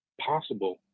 possible